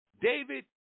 David